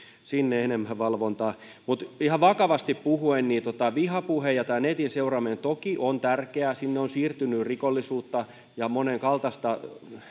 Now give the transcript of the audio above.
sinne enemmän valvontaa mutta ihan vakavasti puhuen niin vihapuhe ja tämä netin seuraaminen toki on tärkeää sinne on siirtynyt rikollisuutta ja monenkaltaista